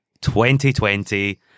2020